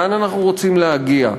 לאן אנחנו רוצים להגיע?